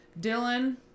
Dylan